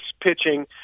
pitching